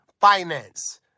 finance